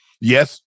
Yes